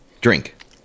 drink